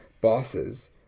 bosses